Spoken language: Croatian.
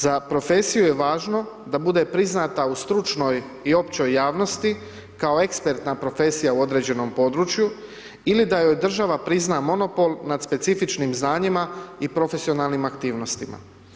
Za profesiju je važno da bude priznata u stručnoj i općoj javnosti kao ekspertna profesija u određenom području ili da joj država prizna monopol nad specifičnim znanjima i profesionalnim aktivnostima.